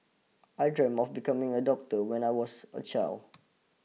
I dream of becoming a doctor when I was a child